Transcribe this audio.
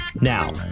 Now